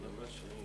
אדוני היושב-ראש,